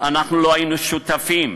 אנחנו לא היינו שותפים,